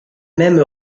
même